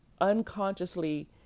unconsciously